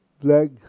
Black